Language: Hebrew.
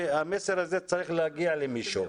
והמסר הזה צריך להגיע למישהו.